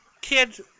kids